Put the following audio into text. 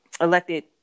elected